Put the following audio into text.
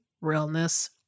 Realness